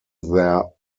their